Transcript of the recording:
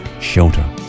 shelter